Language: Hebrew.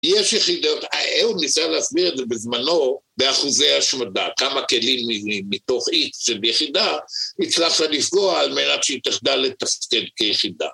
יש יחידות, האהוב ניסה להסביר את זה בזמנו באחוזי השמדה, כמה כלים מתוך אי, שביחידה, הצלחת לפגוע על מנת שהיא תחדל לתפקד כיחידה.